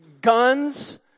Guns